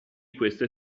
queste